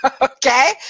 okay